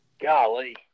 golly